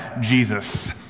Jesus